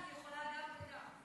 אני אישה, אני יכולה גם וגם.